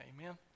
amen